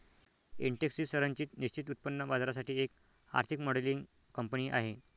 Intex ही संरचित निश्चित उत्पन्न बाजारासाठी एक आर्थिक मॉडेलिंग कंपनी आहे